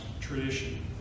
tradition